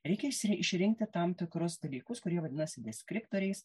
reikia išsiri išrinkti tam tikrus dalykus kurie vadinasi deskriptoriais